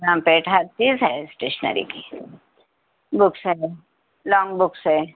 لام پیٹ ہر چیز ہے اسٹیشنری کی بکس ہے لانگ بکس ہے